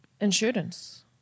insurance